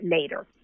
later